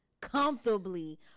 comfortably